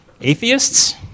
atheists